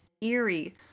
eerie